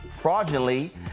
fraudulently